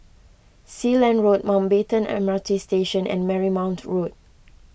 Sealand Road Mountbatten M R T Station and Marymount Road